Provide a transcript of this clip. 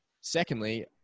secondly